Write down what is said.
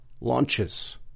launches